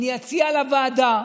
אני אציע לוועדה,